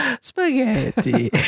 spaghetti